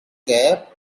cap